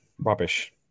Rubbish